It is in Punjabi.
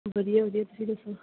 ਵਧੀਆ ਵਧੀਆ ਤੁਸੀਂ ਦੱਸੋ